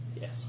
Yes